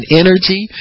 energy